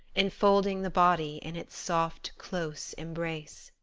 enfolding the body in its soft, close embrace.